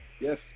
Yes